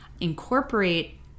incorporate